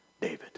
David